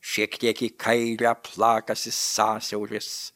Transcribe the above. šiek tiek į kairę plakasi sąsiauris